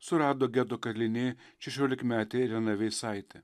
surado geto kalinė šešiolikmetė irena veisaitė